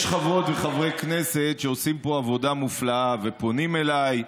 יש חברות וחברי כנסת שעושים פה עבודה מופלאה ופונים אליי,